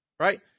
Right